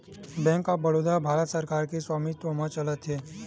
bank of Baroda ह भारत सरकार के स्वामित्व म चलत हे